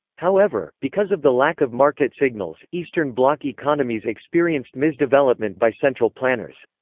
however, because of the lack of market signals, eastern bloc economies experienced mis-development by central planners.